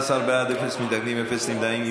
11 בעד, אפס מתנגדים, אפס נמנעים.